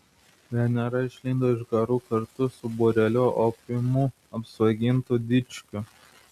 venera išlindo iš garų kartu su būreliu opiumu apsvaigintų dičkių